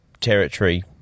territory